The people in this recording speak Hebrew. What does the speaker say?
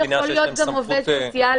עובד ציבור יכול להיות גם עובד סוציאלי.